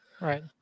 Right